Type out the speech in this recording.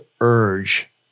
urge